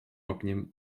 ogniem